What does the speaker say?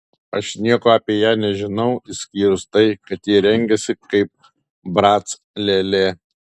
aš nieko apie ją nežinau išskyrus tai kad ji rengiasi kaip brac lėlė